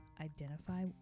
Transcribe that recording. identify